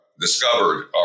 discovered